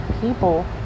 people